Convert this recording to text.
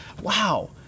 wow